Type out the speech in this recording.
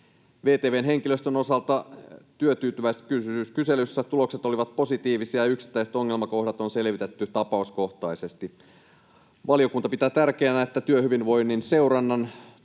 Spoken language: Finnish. VTV:n henkilöstön osalta työtyytyväisyyskyselyssä tulokset olivat positiivisia ja yksittäiset ongelmakohdat on selvitetty tapauskohtaisesti. Valiokunta pitää tärkeänä, että työhyvinvoinnin seurannan tulee